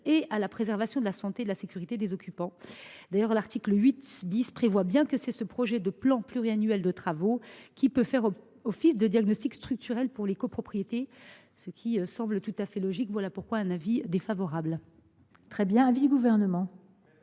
et à la préservation de la santé et de la sécurité des occupants. D’ailleurs, l’article 8 prévoit bien que c’est ce projet de plan pluriannuel de travaux qui peut faire office de diagnostic structurel pour les copropriétés, ce qui semble tout à fait logique. La commission a donc émis un avis défavorable sur cet amendement.